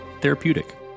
therapeutic